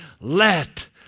let